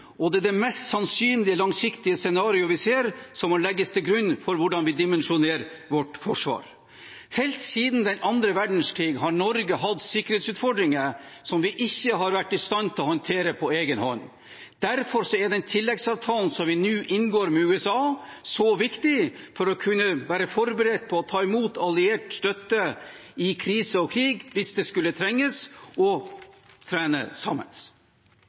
og det er det mest sannsynlige og langsiktige scenarioet vi ser som må legges til grunn for hvordan vi dimensjonerer vårt forsvar. Helt siden den annen verdenskrig har Norge hatt sikkerhetsutfordringer vi ikke har vært i stand til å håndtere på egen hånd. Derfor er den tilleggsavtalen vi nå inngår med USA, så viktig for å kunne være forberedt på å ta imot alliert støtte i krise og krig, hvis det trengs, og å trene sammen.